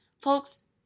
Folks